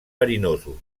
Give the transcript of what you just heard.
verinosos